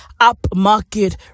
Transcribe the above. upmarket